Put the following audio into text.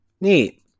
Neat